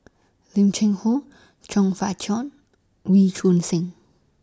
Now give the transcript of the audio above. Lim Cheng Hoe Chong Fah Cheong Wee Choon Seng